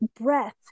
breath